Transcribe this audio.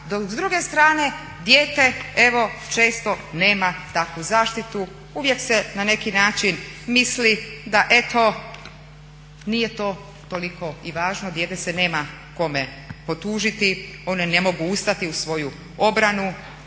s druge strane dijete evo često nema takvu zaštitu. Uvijek se na neki način misli da eto nije to toliko i važno, dijete se nema kome potužiti, oni ne mogu ustati u svoju obranu.